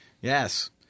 Yes